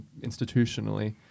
institutionally